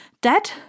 Dead